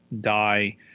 die